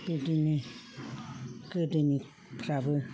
बिदिनो गोदोनिफ्राबो